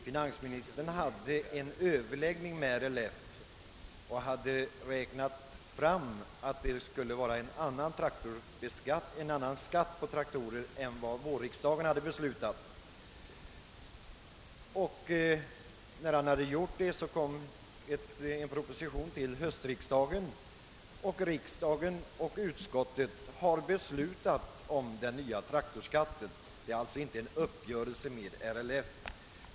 Finansministern hade vid en Ööverläggning med RLF räknat fram att skatten på traktorer borde vara en annan än den vårriksdagen 1969 beslutat. Därför framlades en proposition för höstriksdagen, varefter utskottet tillstyrkte: och riksdagen beslutade om den nya traktorskatien. Det rör sig alltså inte om någon uppgörelse med RLF.